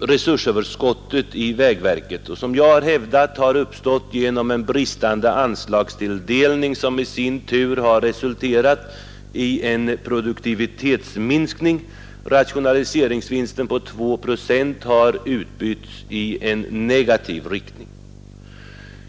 resursöverskottet i vägverket som jag har hävdat har uppkommit genom en bristande anslagstilldelning som i sin tur har resulterat i en produktivitetsminskning. Rationaliseringsvinsten på 2 procent har utbytts i negativ riktning.